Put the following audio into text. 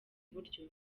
buryo